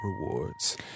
rewards